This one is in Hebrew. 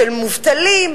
של מובטלים.